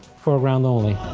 foreground only.